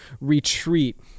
retreat